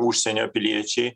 užsienio piliečiai